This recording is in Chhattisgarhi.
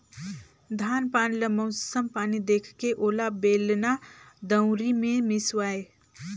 धान पान ल मउसम पानी देखके ओला बेलना, दउंरी मे मिसवाए